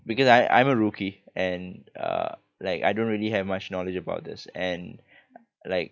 because I I'm a rookie and uh like I don't really have much knowledge about this and like